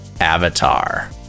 avatar